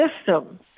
system